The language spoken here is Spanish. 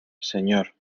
señor